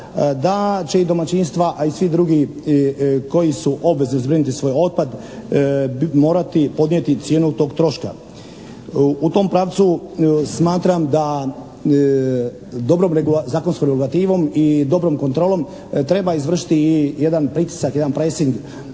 da će i domaćinstva a i svi drugi koji su obvezni zbrinuti svoj otpad, morat podnijeti cijenu tog troška. U tom pravcu smatram da dobrom zakonskom regulativom i dobrom kontrolom treba izvršiti i jedan pritisak, jedan presing